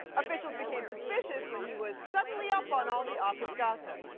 officials became suspicious when he was suddenly up on all the office gossip.